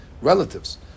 relatives